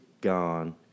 gone